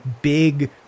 big